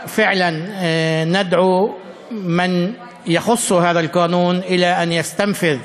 אנו קוראים לכל מי שהחוק הזה נוגע לו לנצל את